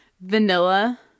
vanilla